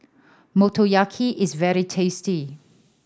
motoyaki is very tasty